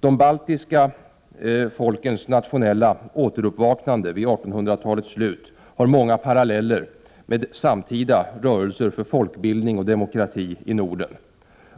De baltiska folkens nationella uppvaknande vid 1800-talets slut har många paralleller med samtida rörelser för folkbildning och demokrati i Norden.